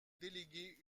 déléguer